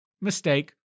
mistake